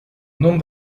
non